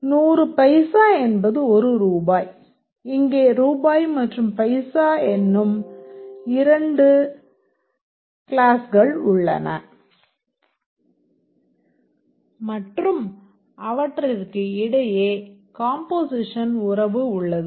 100 பைசா என்பது ஒரு ரூபாய் இங்கே ரூபாய் மற்றும் பைசா என்னும் 2 கிளாஸ்கள் உள்ளன மற்றும் அவற்றிற்கு இடையே கம்போசிஷன் உறவு உள்ளது